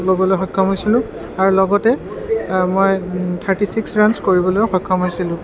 ল'বলৈ সক্ষম হৈছিলোঁ আৰু লগতে মই থাৰ্টি চিক্স ৰাণচ কৰিবলৈও সক্ষম হৈছিলোঁ